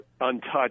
untouched